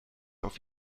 auf